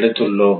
எடுத்துள்ளோம்